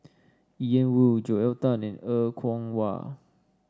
Ian Woo Joel Tan and Er Kwong Wah